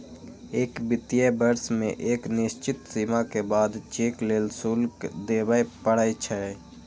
एक वित्तीय वर्ष मे एक निश्चित सीमा के बाद चेक लेल शुल्क देबय पड़ै छै